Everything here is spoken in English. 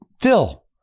Phil